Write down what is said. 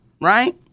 right